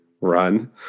run